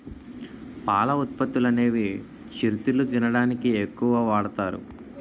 పాల ఉత్పత్తులనేవి చిరుతిళ్లు తినడానికి ఎక్కువ వాడుతారు